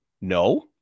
No